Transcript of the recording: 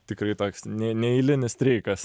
tikrai toks ne neeilinis streikas